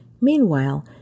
Meanwhile